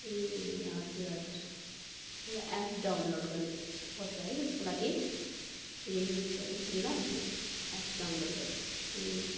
ए हजुर हजुर एउटा एप्स डाउनलोड गर्नु पर्छ है त्यसको लागि ए हुन्छ एकछिन ल म एप्स डाउनलोड गर्छु ए